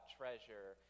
treasure